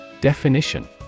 Definition